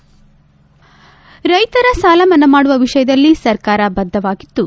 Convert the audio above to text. ರ್ಲೆತರ ಸಾಲಮನ್ನಾ ಮಾಡುವ ವಿಷಯದಲ್ಲಿ ಸರ್ಕಾರ ಬದ್ದವಾಗಿದ್ಲು